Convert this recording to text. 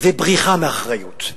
ובריחה מאחריות.